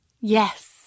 Yes